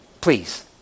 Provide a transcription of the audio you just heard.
Please